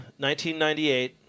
1998